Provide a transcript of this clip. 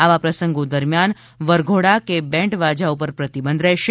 આવા પ્રસંગો દરમ્યાન વરઘોડા કે બેન્ડવાજા પર પ્રતિબંધ રહેશે